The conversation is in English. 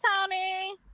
Tony